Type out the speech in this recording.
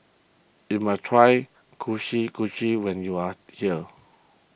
you must try when you are here